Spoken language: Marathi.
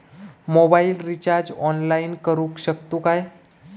मोबाईल रिचार्ज ऑनलाइन करुक शकतू काय?